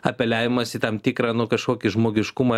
apeliavimas į tam tikrą nu kažkokį žmogiškumą